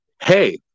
hey